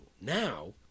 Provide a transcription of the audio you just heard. Now